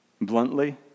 Bluntly